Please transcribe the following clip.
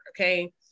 okay